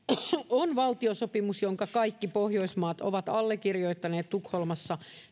on valtiosopimus jonka kaikki pohjoismaat ovat allekirjoittaneet tukholmassa